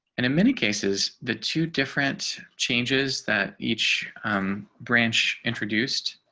and in many cases, the two different changes that each branch introduced